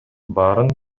баарын